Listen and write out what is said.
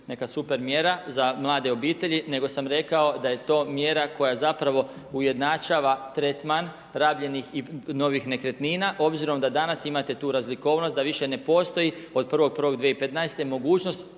neka super mjera za mlade obitelji nego sam rekao da je to mjera koja zapravo ujednačava tretman rabljenih i novih nekretnina obzirom da danas imate tu razlikovnost da više ne postoji od 1.1.2015. mogućnost